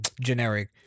generic